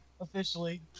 officially